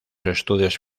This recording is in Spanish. estudios